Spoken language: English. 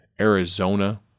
Arizona